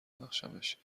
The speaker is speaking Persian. ببخشمش